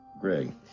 greg